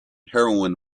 heroin